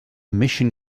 mission